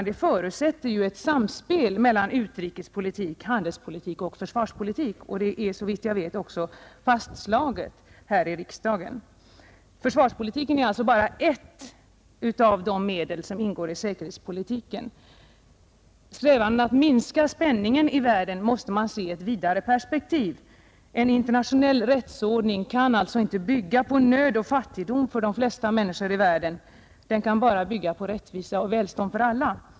Den förutsätter ett samspel mellan utrikespolitik, handelspolitik och försvarspolitik. Det är, såvitt jag vet, fastslaget här i riksdagen. Försvarspolitiken är således bara ett av de medel som ingår i säkerhetspolitiken. Strävandena att minska spänningen i världen måste man se i ett vidare perspektiv. En internationell rättsordning kan inte bygga på nöd och fattigdom för de flesta människor i världen. Den kan bara bygga på rättvisa och välstånd för alla.